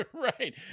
Right